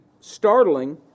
startling